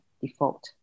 default